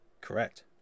Correct